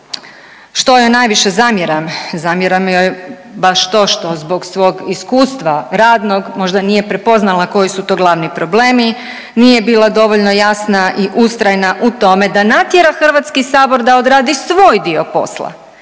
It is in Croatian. Što joj najviše zamjeram? Zamjeram joj baš to što zbog svog iskustva radnog možda nije prepoznala koji su to glavni problemi nije bila dovoljno jasna i ustrajna u tome da natjera HS da odradi svoj dio posla,